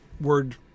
word